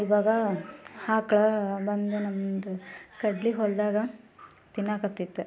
ಇವಾಗ ಆಕ್ಳು ಬಂದು ನಮ್ಮದು ಕಡ್ಲಿ ಹೊಲದಾಗ ತಿನ್ನಾಕತ್ತಿತ್ತು